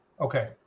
Okay